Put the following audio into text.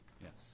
Yes